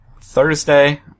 Thursday